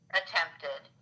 attempted